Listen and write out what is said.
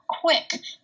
quick